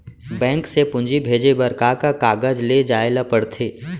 Bank से पूंजी भेजे बर का का कागज ले जाये ल पड़थे?